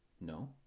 No